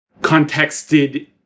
Contexted